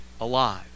alive